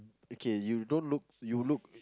okay you don't look you look